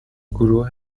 گروه